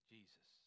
Jesus